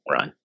run